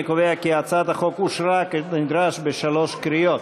אני קובע כי הצעת החוק אושרה כנדרש בשלוש קריאות.